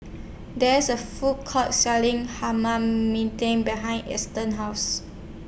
There IS A Food Court Selling behind Eston's House